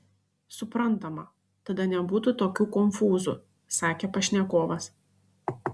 suprantama tada nebūtų tokių konfūzų sakė pašnekovas